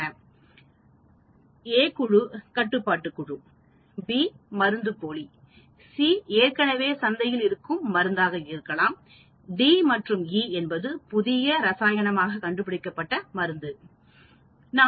A குழு கட்டுப்பாட்டு குழு B மருந்துப்போலி C ஏற்கனவே சந்தையில் இருக்கும் மருந்தாக இருக்கலாம் D E புதிய இரசாயனமாக கண்டுபிடிப்பு ஆக இருக்கலாம்